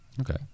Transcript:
Okay